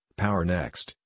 PowerNext